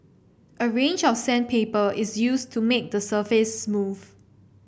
a range of sandpaper is used to make the surface smooth